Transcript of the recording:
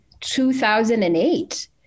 2008